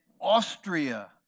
Austria